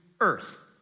earth